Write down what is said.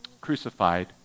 crucified